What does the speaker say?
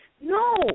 No